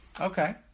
Okay